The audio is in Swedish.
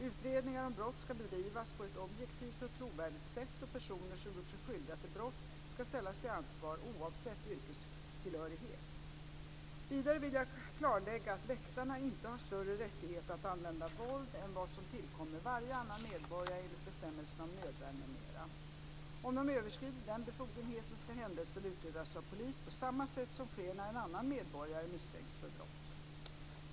Utredningar om brott ska bedrivas på ett objektivt och trovärdigt sätt, och personer som gjort sig skyldiga till brott ska ställas till ansvar oavsett yrkestillhörighet. Vidare vill jag klarlägga att väktare inte har större rättigheter att använda våld än vad som tillkommer varje annan medborgare enligt bestämmelserna om nödvärn m.m. Om de överskrider den befogenheten ska händelsen utredas av polis på samma sätt som sker när en annan medborgare misstänks för brott.